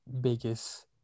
biggest